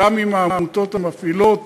גם עם העמותות המפעילות